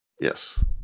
Yes